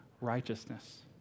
righteousness